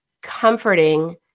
comforting